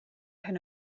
hyn